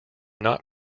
not